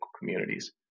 communities